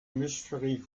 mystery